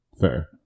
Fair